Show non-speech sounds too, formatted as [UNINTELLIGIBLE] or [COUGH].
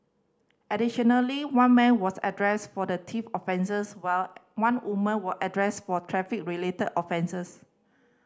additionally one man was address for the [UNINTELLIGIBLE] offences while one woman was address for traffic related offences